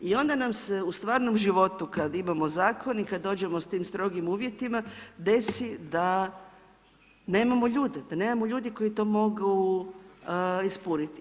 I onda nam se u stvarnom životu kada imamo zakone i kada dođemo s tim strogim uvjetima, desi da nemamo ljudi, da nemamo ljudi koji to mogu ispuniti.